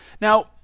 Now